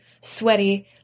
sweaty